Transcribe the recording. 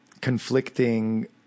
conflicting